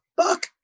fuck